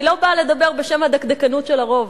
אני לא באה לדבר בשם הדקדקנות של הרוב,